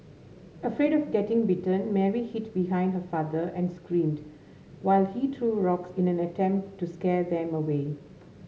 afraid of getting bitten Mary hid behind her father and screamed while he threw rocks in an attempt to scare them away